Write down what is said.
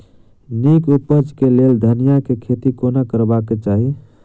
नीक उपज केँ लेल धनिया केँ खेती कोना करबाक चाहि?